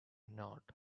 not